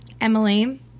Emily